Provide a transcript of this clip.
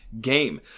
game